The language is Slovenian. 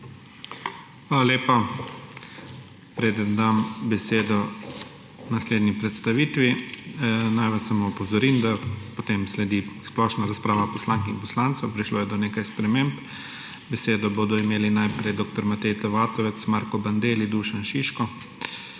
Hvala lepa. Preden dam besedo naslednji predstavitvi, naj vas samo opozorim, da potem sledi splošna razprava poslank in poslancev. Prišlo je do nekaj sprememb. Besedo bodo imeli najprej dr. Matej T. Vatovec, Marko Bandelli, Dušan Šiško.